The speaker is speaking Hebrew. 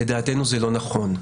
לדעתנו, זה לא נכון.